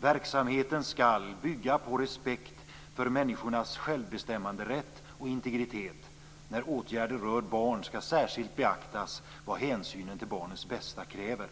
Verksamheten skall bygga på respekt för människornas självbestämmanderätt och integritet. När åtgärder rör barn skall särskilt beaktas vad hänsynen till barnets bästa kräver."